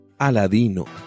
Aladino